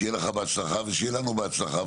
שיהיה לך בהצלחה ושיהיה לנו בהצלחה.